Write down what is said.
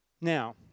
Now